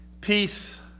peace